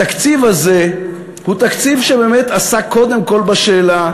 התקציב הזה הוא תקציב שבאמת עסק קודם כול בשאלה: